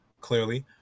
clearly